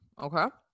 okay